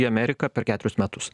į ameriką per keturis metus